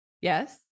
Yes